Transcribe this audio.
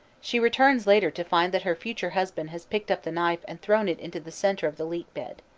she returns later to find that her future husband has picked up the knife and thrown it into the center of the leek-bed.